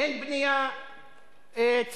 אין בנייה ציבורית.